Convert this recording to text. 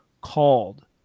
called